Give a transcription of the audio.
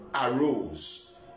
arose